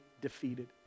defeated